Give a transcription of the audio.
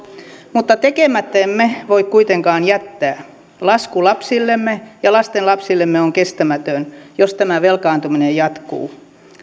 mutta tekemättä emme voi kuitenkaan jättää lasku lapsillemme ja lastenlapsillemme on kestämätön jos tämä velkaantuminen jatkuu